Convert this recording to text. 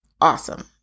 Awesome